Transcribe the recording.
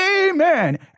amen